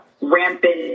rampant